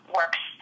works